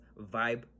vibe